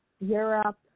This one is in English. Europe